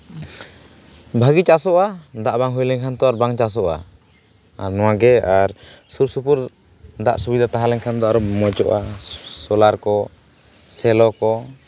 ᱵᱷᱟᱹᱜᱤ ᱪᱟᱥᱚᱜᱼᱟ ᱫᱟᱜ ᱵᱟᱝ ᱦᱩᱭ ᱞᱮᱱᱠᱷᱟᱱ ᱛᱚ ᱟᱨ ᱵᱟᱝ ᱪᱟᱥᱚᱜᱼᱟ ᱟᱨ ᱱᱚᱣᱟ ᱜᱮ ᱟᱨ ᱥᱩᱨ ᱥᱩᱯᱩᱨ ᱫᱟᱜ ᱥᱩᱵᱤᱫᱟ ᱛᱟᱦᱮᱸ ᱞᱮᱱᱠᱷᱟᱱ ᱫᱚ ᱟᱨᱚ ᱢᱚᱸᱡᱚᱜᱼᱟ ᱥᱳᱞᱟᱨ ᱠᱚ ᱥᱮᱞᱚ ᱠᱚ